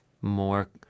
more